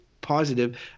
positive